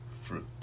fruit